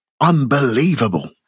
unbelievable